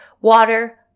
water